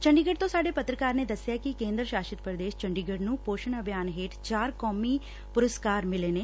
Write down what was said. ਚੰਡੀਗੜ ਤੋਂ ਸਾਡੇ ਪੱਤਰਕਾਰ ਨੇ ਦਸਿਐ ਕਿ ਕੇਂਦਰ ਸ਼ਾਸਤ ਪ੍ਰਦੇਸ਼ ਚੰਡੀਗੜ ਨੂੰ ਪੋਸ਼ਣ ਅਭਿਆਨ ਹੇਠ ਚਾਰ ਕੌਮੀ ਪੁਰਸਕਾਰ ਮਿਲੇ ਨੇ